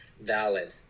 valid